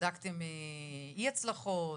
בדקתם אי הצלחות,